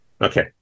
Okay